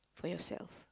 for yourself